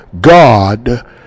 God